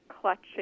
clutching